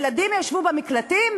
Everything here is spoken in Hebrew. ילדים ישבו במקלטים,